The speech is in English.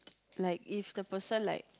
like if the person like